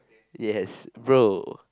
yes bro